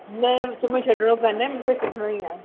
न विच में छॾिणो कान्हे मूंखे सिखिणी ई आहे